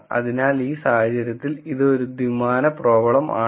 അതിനാൽ ഈ സാഹചര്യത്തിൽ ഇത് ഒരു ദ്വിമാന പ്രോബ്ലം ആണ്